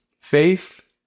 faith